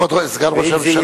כבוד סגן ראש הממשלה,